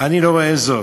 אני לא רואה זאת.